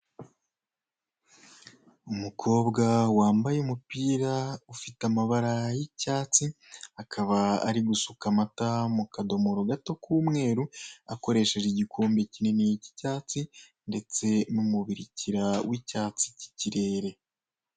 Umukobwa wambaye umupira ufite amabara y'icyatsi, akaba ari gusuka amata mu kadomoro gato k'umweru, akoresheje igikombe kinini cy'icyatsi ndetse n'umubirikira w'icyatsi cy'ikirere.